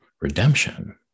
redemption